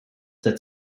that